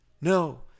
No